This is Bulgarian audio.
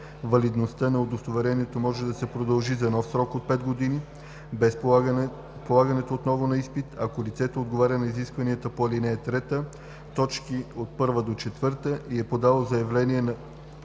„Валидността на удостоверението може да се продължи за нов срок от 5 години без полагането отново на изпит, ако лицето отговаря на изискванията по ал. 3, т. 1-4 и е подало заявление за